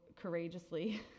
courageously